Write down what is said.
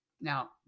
Now